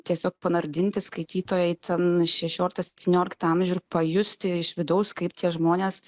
tiesiog panardinti skaitytoją į ten šešioliktą septynioliktą amžių ir pajusti iš vidaus kaip tie žmonės